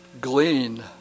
glean